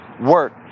work